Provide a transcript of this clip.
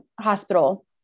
hospital